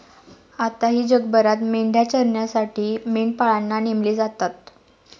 आताही जगभरात मेंढ्या चरण्यासाठी मेंढपाळांना नेमले जातात